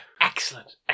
Excellent